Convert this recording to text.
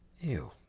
Ew